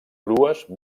crues